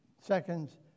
seconds